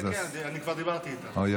כן, אני כבר דיברתי איתם, תודה.